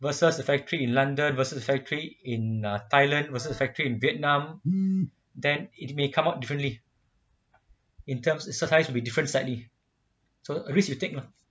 versus the factory in london versus the factory in ah thailand versus the factory in vietnam then it may come out differently in terms sometimes to be different slightly so risk you take lah